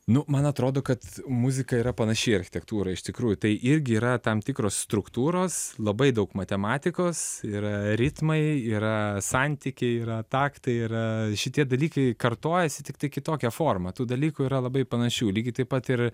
nu man atrodo kad muzika yra panaši į architektūrą iš tikrųjų tai irgi yra tam tikros struktūros labai daug matematikos yra ritmai yra santykiai yra taktai yra šitie dalykai kartojasi tiktai kitokia forma tų dalykų yra labai panašių lygiai taip pat ir